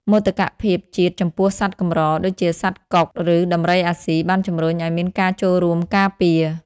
មោទកភាពជាតិចំពោះសត្វកម្រ ដូចជាសត្វកុក ឬដំរីអាស៊ី បានជំរុញឱ្យមានការចូលរួមការពារ។